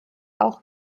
auch